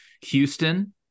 Houston